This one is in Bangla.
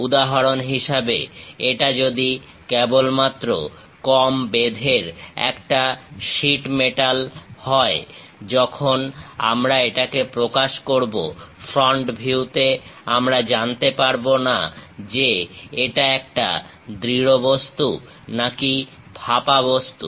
উদাহরণ হিসেবে এটা যদি কেবলমাত্র কম বেধের একটা শীটমেটাল হয় যখন আমরা এটাকে প্রকাশ করবো ফ্রন্ট ভিউতে আমরা জানতে পারবো না যে এটা একটা দৃঢ় বস্তু না কি ফাঁপা বস্তু